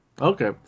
Okay